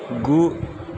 गु